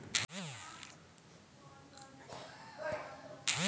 परधान मन्त्री ग्रामीण आबास योजना मे गरीबक लेल घर बनाएल जाइ छै